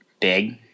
big